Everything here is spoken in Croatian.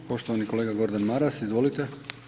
Poštovani kolega Gordan Maras, izvolite.